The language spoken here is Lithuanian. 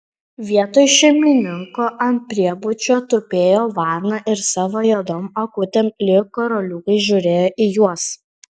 vietoj šeimininko ant priebučio tupėjo varna ir savo juodom akutėm lyg karoliukais žiūrėjo į juos